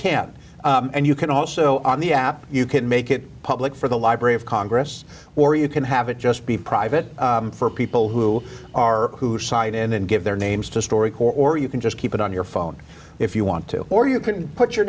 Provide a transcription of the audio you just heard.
can and you can also on the app you can make it public for the library of congress or you can have it just be private for people who are who site and then give their names to story corps or you can just keep it on your phone if you want to or you can put your